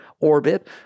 orbit